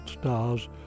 stars